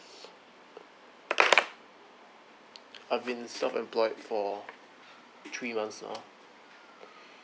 I've been self employed for three months now